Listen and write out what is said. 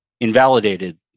invalidated